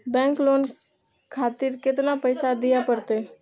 Bank loan खातीर केतना पैसा दीये परतें?